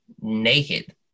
naked